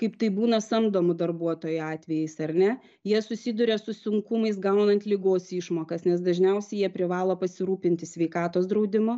kaip tai būna samdomų darbuotojų atvejais ar ne jie susiduria su sunkumais gaunant ligos išmokas nes dažniausiai jie privalo pasirūpinti sveikatos draudimu